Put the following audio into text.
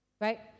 right